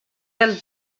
del